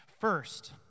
First